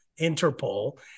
Interpol